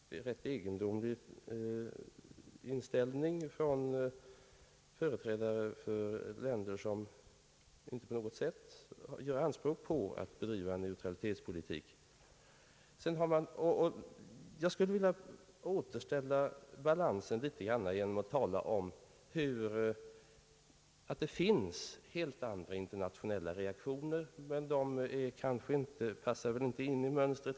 Det är en rätt egendomlig inställning från företrädare för länder, som inte på något sätt gör anspråk på att bedriva neutralitetspolitik. Jag skulle vilja återställa balansen något genom att tala om att det finns helt andra internationella reaktioner, men de kanske inte passar riktigt så bra in i mönstret.